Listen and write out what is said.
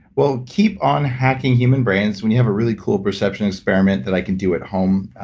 well, keep on hacking human brains. when you have a really cool perception experiment that i can do at home,